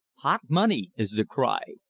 hot money! is the cry.